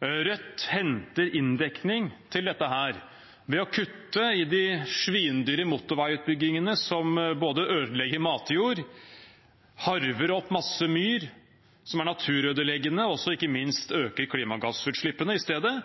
Rødt henter inndekning til dette ved å kutte i de svinedyre motorveiutbyggingene, som både ødelegger matjord, harver opp masse myr, er naturødeleggende, og som ikke minst øker klimagassutslippene. I stedet